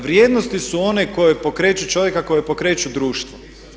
Vrijednosti su one koje pokreću čovjeka, koje pokreću društvo.